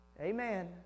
Amen